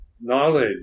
knowledge